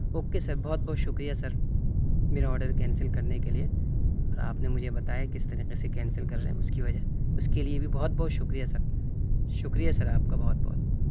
okay sir بہت بہت شکریہ سر میرا آڈر کینسل کرنے کے لیے اور آپ نے مجھے بتایا کس طریقے سے کینسل کر رہے ہیں اس کی وجہ اس کے لیے بھی بہت بہت شکریہ سر شکریہ سر آپ کا بہت بہت